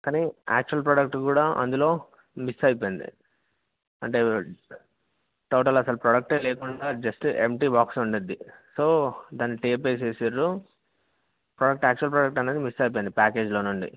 కానీ actual product కూడా అందులో మిస్ అయిపోయింది అంటే టోటల్ అసలు ప్రోడక్టే లేకుండా జస్ట్ ఎంటీ బాక్స్ ఉన్నది సో దాన్ని టేప్ వేసేశారు ప్రోడక్ట్ యాక్చువల్ ప్రోడక్ట్ అనేది మిస్ అయిపోయింది ప్యాకేజ్లో నుండి